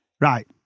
Right